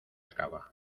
acaba